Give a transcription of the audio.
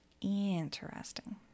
interesting